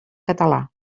català